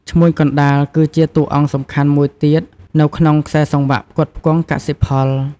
ឈ្មួញកណ្តាល គឺជាតួអង្គសំខាន់មួយទៀតនៅក្នុងខ្សែសង្វាក់ផ្គត់ផ្គង់កសិផល។